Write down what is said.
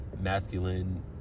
masculine